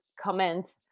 comment